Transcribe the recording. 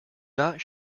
not